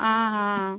ஆ ஆ